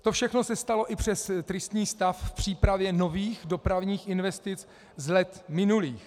To všechno se stalo i přes tristní stav v přípravě nových dopravních investic z let minulých.